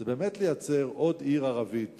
זה באמת לייצר עוד עיר ערבית